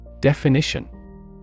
Definition